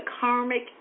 karmic